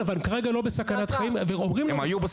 הם יאמתו לנו את